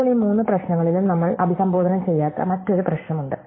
ഇപ്പോൾ ഈ മൂന്ന് പ്രശ്നങ്ങളിലും നമ്മൾ അഭിസംബോധന ചെയ്യാത്ത മറ്റൊരു പ്രശ്നമുണ്ട്